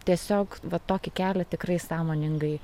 tiesiog va tokį kelią tikrai sąmoningai